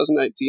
2019